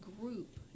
group